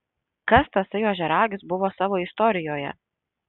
kas tasai ožiaragis buvo savo istorijoje